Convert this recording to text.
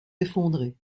effondrée